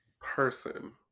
person